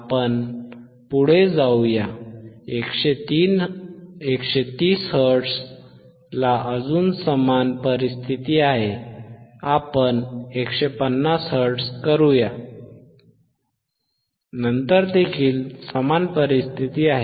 आपण पुढे जाऊ या 130 Hz ला अजून समान परिस्थिती आहे आपण 150 Hz करू या नंतर देखील समान परिस्थिती आहे